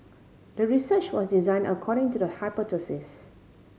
the research was designed according to the hypothesis